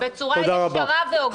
בצורה ישרה והוגנת?